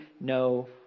no